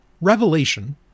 Revelation